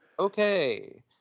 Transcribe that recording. Okay